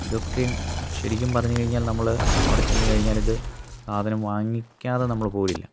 ഇതൊക്കെയും ശരിക്കും പറഞ്ഞു കഴിഞ്ഞാൽ നമ്മൾ അവിടെ ചെന്നു കഴിഞ്ഞാൽ ഇത് സാധനം വാങ്ങിക്കാതെ നമ്മൾ പോരില്ല